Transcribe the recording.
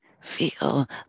Feel